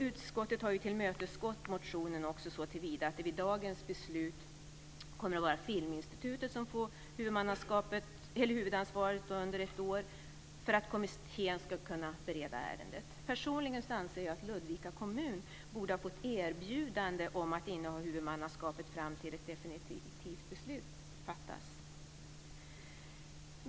Utskottet har tillmötesgått motionen såtillvida att dagens beslut kommer att innebära att Filminstitutet får huvudansvaret under ett år för att kommittén ska kunna bereda ärendet. Personligen anser jag att Ludvika kommun borde ha fått erbjudande om att inneha huvudmannaskapet fram till dess att ett definitivt beslut fattas.